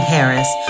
Harris